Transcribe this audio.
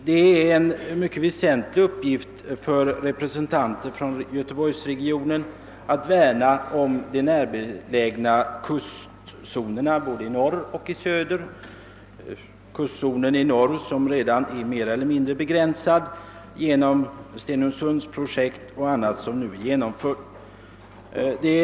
Det är en mycket väsentlig uppgift för representanterna från göteborgsregionen att värna om de närbelägna kustzonerna såväl i norr som i söder. Kustzonen i norr är redan mer eller mindre begränsad genom stenungsundsprojektet och andra nu genomförda planer.